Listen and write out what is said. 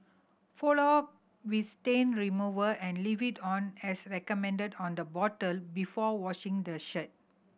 follow up with stain remover and leave it on as recommended on the bottle before washing the shirt